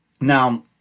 Now